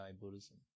Buddhism